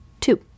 two